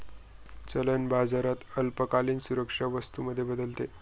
चलन बाजारात अल्पकालीन सुरक्षा वस्तू मध्ये बदलते